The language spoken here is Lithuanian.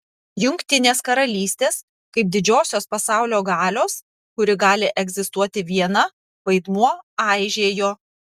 jungtinės karalystės kaip didžiosios pasaulio galios kuri gali egzistuoti viena vaidmuo aižėjo